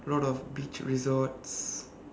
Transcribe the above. a lot of beach resorts